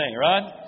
right